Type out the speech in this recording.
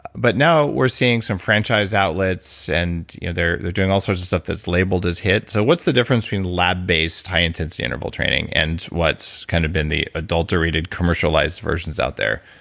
but now, we're seeing some franchise outlets and you know they're they're doing a ll sort of stuff that's labeled as hiit, so what's the difference between lab-based high intensity interval training and what's kind of been the adulterated commercialized versions out there?